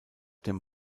dem